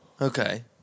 Okay